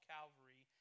Calvary